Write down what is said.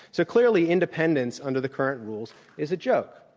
so, clearly, independence under the current rule is a joke.